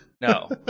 No